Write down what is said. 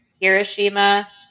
Hiroshima